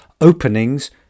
openings